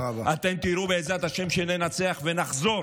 אתם תראו, בעזרת השם, שננצח ונחזור